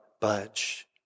budge